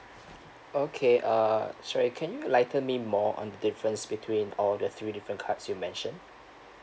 okay uh sorry can you lighten me more on difference between all the three different cards you mentioned